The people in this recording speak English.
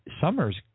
Summer's